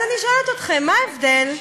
אז אני שואלת אתכם, מה ההבדל,